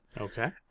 Okay